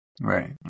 Right